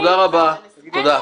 תודה רבה לך, תודה רבה.